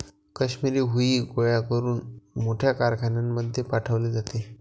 काश्मिरी हुई गोळा करून मोठ्या कारखान्यांमध्ये पाठवले जाते